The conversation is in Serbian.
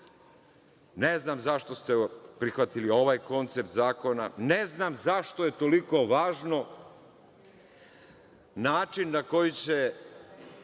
Ne znam zašto ste prihvatili ovaj koncept zakona. Ne znam zašto je toliko važno način na koji će